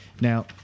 Now